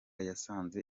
yasanze